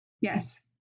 Yes